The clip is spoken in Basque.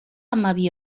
hamabi